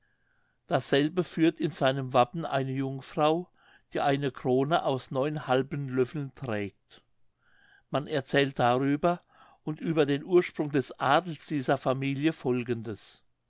dasselbe führt in seinem wappen eine jungfrau die eine krone aus neun halben löffeln trägt man erzählt darüber und über den ursprung des adels dieser familie folgendes